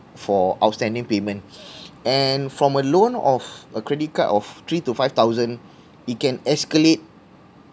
for outstanding payment and from a loan of a credit card of three to five thousand it can escalate